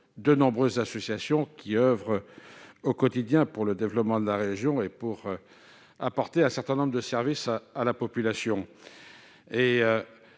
nombre d'associations qui oeuvrent au quotidien pour aider au développement de la région et apporter un certain nombre de services à la population.